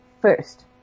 first